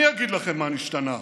אני אגיד לכם מה נשתנה: